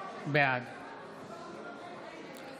בעד